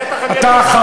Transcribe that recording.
בטח אני אטיף